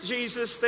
Jesus